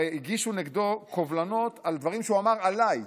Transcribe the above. הרי הגישו עליו קובלנות על דברים שהוא אמר עליי.